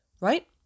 right